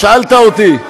שאלת אותי,